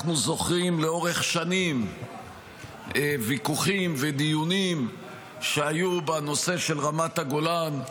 אנחנו זוכרים לאורך שנים ויכוחים ודיונים שהיו בנושא של רמת הגולן.